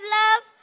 love